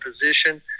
position